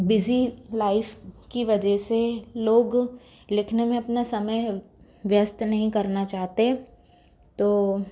busy life की वजह से लोग लिखने में अपना समय व्यस्त नहीं करना चाहते तो